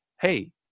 hey